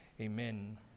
Amen